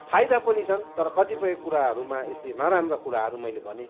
फाइदा पनि छन् तर कतिपय कुराहरूमा यसले नराम्रा कुराहरू मैले भनेँ